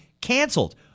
canceled